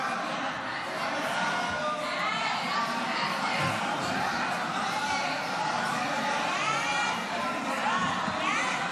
תקשורת דיגיטלית עם גופים ציבוריים (תיקון,